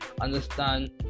understand